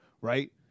Right